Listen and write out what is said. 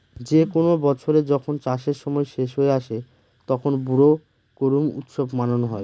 যে কোনো বছরে যখন চাষের সময় শেষ হয়ে আসে, তখন বোরো করুম উৎসব মানানো হয়